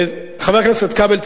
וחבר הכנסת כבל,